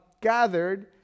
gathered